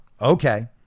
Okay